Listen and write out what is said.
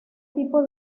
tipo